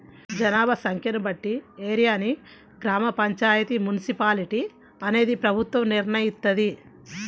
జనాభా సంఖ్యను బట్టి ఏరియాని గ్రామ పంచాయితీ, మున్సిపాలిటీ అనేది ప్రభుత్వం నిర్ణయిత్తది